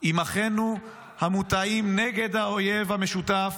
עם אחינו המוטעים נגד אויב משותף.